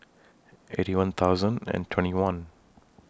Eighty One thousand and twenty one